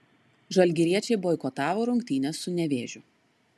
žalgiriečiai boikotavo rungtynes su nevėžiu